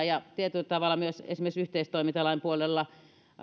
ja tietyllä tavalla myös esimerkiksi yhteistoimintalain puolella